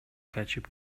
качып